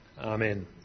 Amen